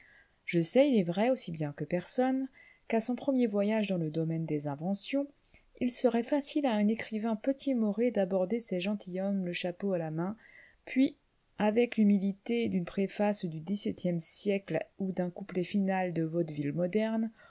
je sais il est vrai aussi bien que personne qu'à son premier voyage dans le domaine des inventions il serait facile à un écrivain peu timoré d'aborder ces gentilshommes le chapeau à la main puis avec l'humilité d'une préface du dix-septième siècle ou d'un couplet final de vaudeville moderne